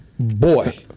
Boy